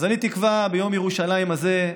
אז ביום ירושלים הזה,